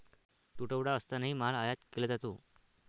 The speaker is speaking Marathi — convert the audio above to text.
तुटवडा असतानाही माल आयात केला जातो